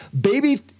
baby